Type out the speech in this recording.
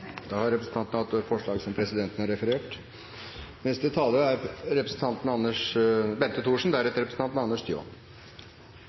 Da har representanten Henrik Asheim tatt opp det forslaget som presidenten